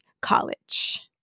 College